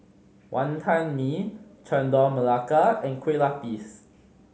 Wantan Mee Chendol Melaka and kue lupis